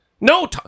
No